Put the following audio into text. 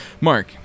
mark